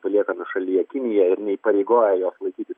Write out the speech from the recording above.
palieka nuošalyje kiniją ir neįpareigoja jos laikytis